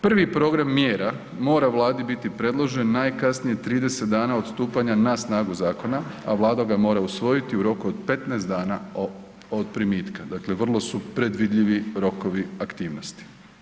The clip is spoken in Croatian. Prvi program mjera mora vladi biti predložen najkasnije 30 dana od stupanja na snagu zakona, a vlada ga mora usvojiti u roku od 15 dana od primitka, dakle vrlo su predvidljivi rokovi aktivnosti.